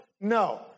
No